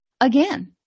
again